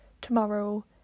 tomorrow